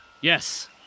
Yes